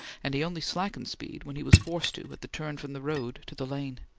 and he only slackened speed when he was forced to at the turn from the road to the lane.